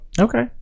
Okay